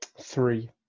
Three